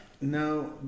No